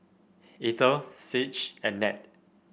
Eithel Sage and Ned